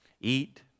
Eat